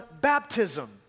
baptism